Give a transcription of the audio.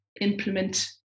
implement